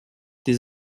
des